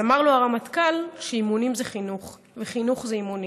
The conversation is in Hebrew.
אז אמר לו הרמטכ"ל שאימונים זה חינוך וחינוך זה אימונים.